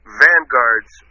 vanguards